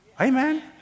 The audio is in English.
Amen